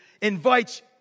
invites